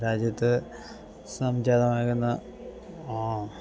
രാജ്യത്ത് സംജാതമാകുന്ന ആ